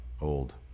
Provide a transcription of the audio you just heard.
old